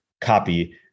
copy